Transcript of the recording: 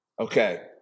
Okay